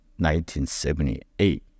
1978